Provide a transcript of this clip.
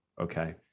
Okay